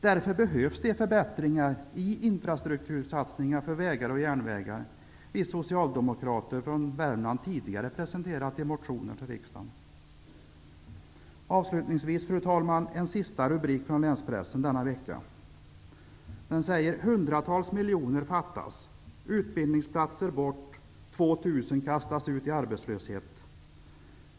Därför behövs de förbättringar i infrastruktursatsningar för vägar och järnvägar som vi socialdemokrater från Värmland tidigare presenterat i motioner till riksdagen. Avslutningsvis, fru talman, en sista rubrik från länspressen denna vecka: ''100-tals miljoner fattas -- utbildningsplatser bort'' och ''2 000 kastas ut i arbetslöshet''.